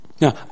Now